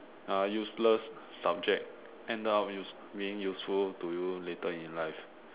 ah useless subject end up use being useful to you later in life